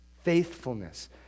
Faithfulness